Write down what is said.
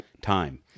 time